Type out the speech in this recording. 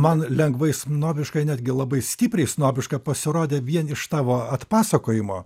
man lengvai snobiška netgi labai stipriai snobiška pasirodė vien iš tavo atpasakojimo